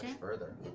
further